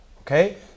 okay